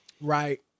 Right